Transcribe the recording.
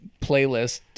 playlist